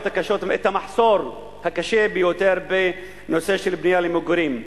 הקשות: המחסור הקשה ביותר בנושא הבנייה למגורים.